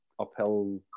uphill